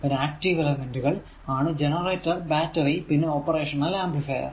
പിന്നെ ആക്റ്റീവ് എലെമെന്റുകൾ ആണ് ജനറേറ്റർ ബാറ്ററി പിന്നെ ഓപ്പറേഷനൽ ആംപ്ലിഫൈർ